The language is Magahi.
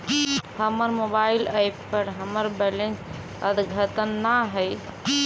हमर मोबाइल एप पर हमर बैलेंस अद्यतन ना हई